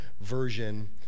version